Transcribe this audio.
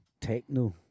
techno